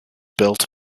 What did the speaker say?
built